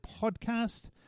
podcast